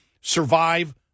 survive